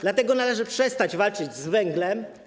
Dlatego należy przestać walczyć z węglem.